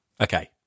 Okay